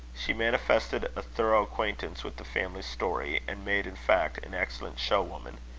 she manifested a thorough acquaintance with the family story, and made, in fact, an excellent show-woman.